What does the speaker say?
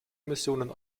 missionen